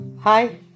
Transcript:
Hi